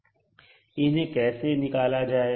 इन्हें कैसे निकाला जाएगा